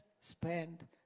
spend